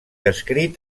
escrit